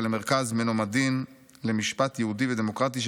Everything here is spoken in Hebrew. ולמרכז מנומדין למשפט יהודי ודמוקרטי של